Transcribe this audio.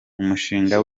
umushinga